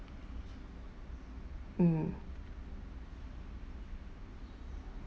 mm